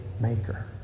maker